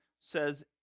says